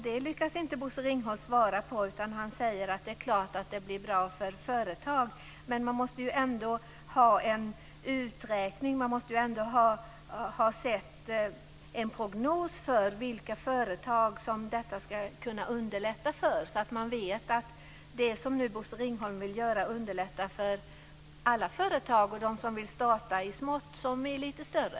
Detta lyckades inte Bosse Ringholm svara på utan han sade att detta blir bra för företag. Men det måste ändå ske en uträkning, och det måste ändå finnas en prognos för vilka företag som detta underlättar för. Man måste kunna veta att det som Bosse Ringholm nu gör underlättar för alla företag - de som vill starta smått och de lite större.